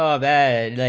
ah that